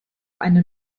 eine